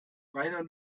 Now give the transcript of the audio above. reiner